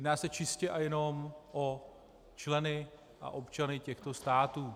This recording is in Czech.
Jedná se čistě a jenom o členy a občany těchto států.